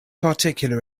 particular